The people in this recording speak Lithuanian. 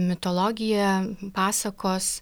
mitologija pasakos